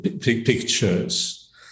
pictures